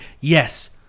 Yes